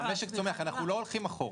אנחנו לא הולכים אחורה.